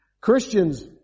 Christians